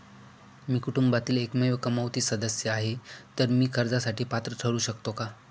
मी कुटुंबातील एकमेव कमावती सदस्य आहे, तर मी कर्जासाठी पात्र ठरु शकतो का?